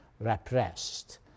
repressed